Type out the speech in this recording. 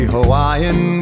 Hawaiian